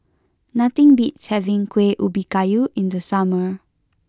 nothing beats having Kueh Ubi Kayu in the summer